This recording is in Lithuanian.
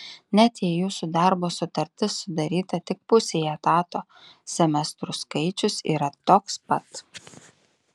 net jei jūsų darbo sutartis sudaryta tik pusei etato semestrų skaičius yra toks pat